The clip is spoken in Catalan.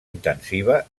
intensiva